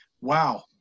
wow